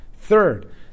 Third